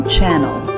Channel